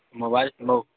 mobile clock